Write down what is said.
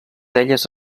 elles